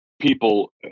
people